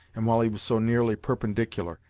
and while he was so nearly perpendicular,